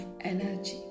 energy